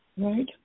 Right